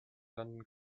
landen